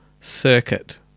circuit